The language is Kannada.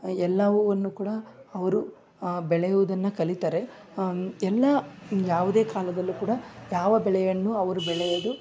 ಎಲ್ಲವನ್ನು ಕೂಡ ಅವರು ಬೆಳೆಯೋದನ್ನ ಕಲಿತರೆ ಎಲ್ಲ ಯಾವುದೇ ಕಾಲದಲ್ಲೂ ಕೂಡ ಯಾವ ಬೆಳೆಯನ್ನು ಅವರು ಬೆಳೆಯೋದು